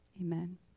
amen